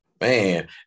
Man